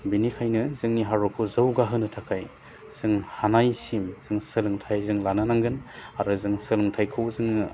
बिनिखायनो जोंनि हादरखौ जौगाहोनो थाखाय जोङो हानायसिम जों सोलोंथाइ जों लानो नांगोन आरो जों सोलोंथाइखौ जोङो